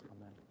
amen